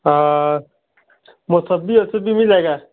हाँ मोसंबी ओसब्बी मिलेगा